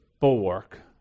bulwark